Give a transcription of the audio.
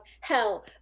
hell